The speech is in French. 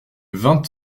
vingt